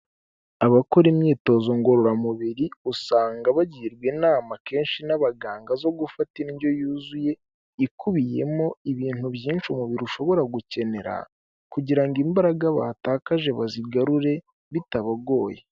Abakora imyitozo ngororamubiri usanga bagirwa inama kenenshi n'abaganga zo gufata indyo yuzuye ikubiyemo ibintu byinshi umubiri ushobora gukenera kugira ngo imbara batakaje bazigarure bitagoye.